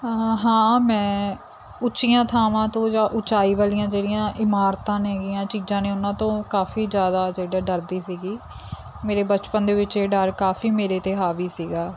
ਆ ਹਾਂ ਮੈਂ ਉੱਚੀਆਂ ਥਾਵਾਂ ਤੋਂ ਜਾਂ ਉੱਚਾਈ ਵਾਲੀਆਂ ਜਿਹੜੀਆਂ ਇਮਾਰਤਾਂ ਨੇਗੀਆਂ ਚੀਜ਼ਾਂ ਨੇ ਉਹਨਾਂ ਤੋਂ ਕਾਫੀ ਜ਼ਿਆਦਾ ਜਿਹੜਾ ਡਰਦੀ ਸੀਗੀ ਮੇਰੇ ਬਚਪਨ ਦੇ ਵਿੱਚ ਇਹ ਡਰ ਕਾਫੀ ਮੇਰੇ 'ਤੇ ਹਾਵੀ ਸੀਗਾ